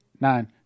nine